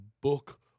book